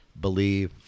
believe